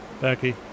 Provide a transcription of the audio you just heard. Becky